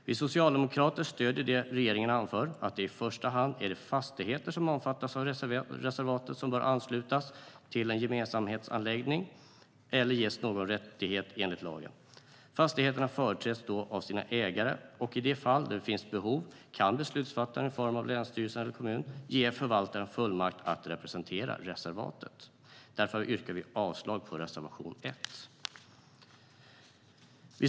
Vi socialdemokrater stöder det regeringen anför, alltså att det i första hand är de fastigheter som omfattas av reservatet som bör anslutas till en gemensamhetsanläggning eller ges någon rättighet enligt lagen. Fastigheterna företräds då av sina ägare, och i de fall där det finns behov kan beslutsfattaren, i form av länsstyrelsen eller kommunen, ge förvaltaren fullmakt att representera reservatet. Därför yrkar jag avslag på reservation 1.